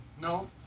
No